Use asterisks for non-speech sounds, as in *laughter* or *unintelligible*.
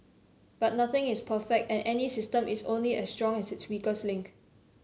but nothing is perfect and any system is only as strong as its *unintelligible* link